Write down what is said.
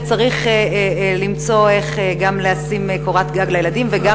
וצריך למצוא גם איך לשים קורת גג לילדים וגם